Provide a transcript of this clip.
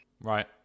Right